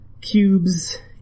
cubes